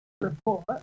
report